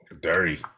Dirty